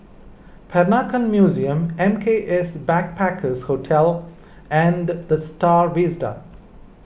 Peranakan Museum M K S Backpackers Hostel and the Star Vista